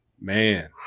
man